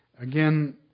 again